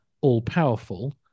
all-powerful